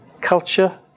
Culture